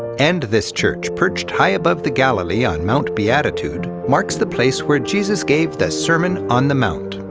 and this church, perched high above the galilee, on mount beatitude, marks the place where jesus gave the sermon on the mount.